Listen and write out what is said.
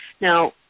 Now